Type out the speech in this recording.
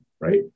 right